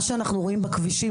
מה שאנחנו רואים בכבישים,